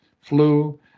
flu